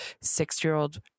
six-year-old